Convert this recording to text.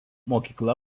mokykla